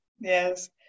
Yes